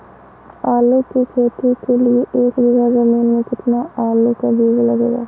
आलू की खेती के लिए एक बीघा जमीन में कितना आलू का बीज लगेगा?